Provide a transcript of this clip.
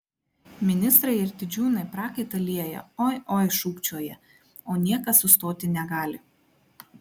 ministrai ir didžiūnai prakaitą lieja oi oi šūkčioja o niekas sustoti negali